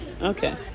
Okay